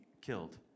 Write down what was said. killed